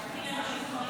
אני לא מבין.